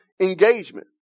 engagement